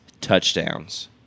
touchdowns